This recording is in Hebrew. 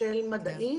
של מדעים